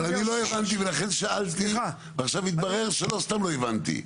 אבל אני לא הבנתי ולכן שאלתי ועכשיו התברר שלא סתם לא הבנתי.